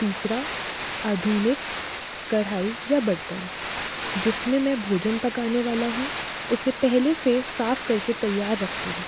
तीसरा आधुनिक कढ़ाई या बर्तन जिसमें मैं भोजन पकाने वाला हूँ उसे पहले से साफ करके तैयार रखती हूँ